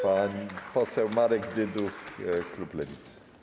Pan poseł Marek Dyduch, klub Lewicy.